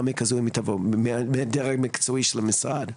כזו אם היא תבוא מדרג מקצועי של המשרד.